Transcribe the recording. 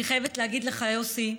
אני חייבת להגיד לך, יוסי,